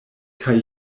kaj